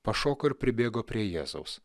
pašoko ir pribėgo prie jėzaus